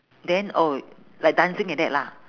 then oh y~ like dancing like that lah